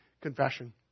confession